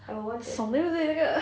爽对不对这个